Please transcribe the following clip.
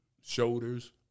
shoulders